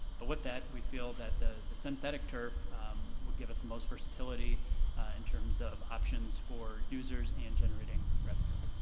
but with that, we feel that the the synthetic turf would give us the most versatility in terms of options for users and generating revenue.